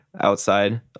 outside